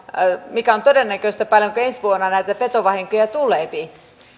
koska on todennäköistä että ensi vuonna näitä petovahinkoja tuleepi paljon